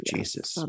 Jesus